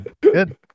Good